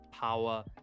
power